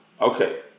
Okay